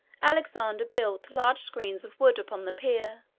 alexander built large screens of wood upon the pier,